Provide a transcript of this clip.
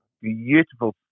beautiful